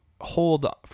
hold